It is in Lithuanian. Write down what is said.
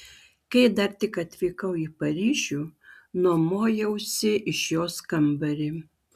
kai dar tik atvykau į paryžių nuomojausi iš jos kambarį